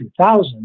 2000